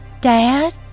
Dad